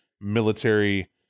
military